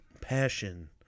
passion